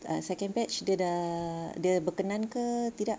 ah second batch dia dah dia berkenan ke tidak